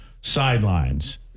sidelines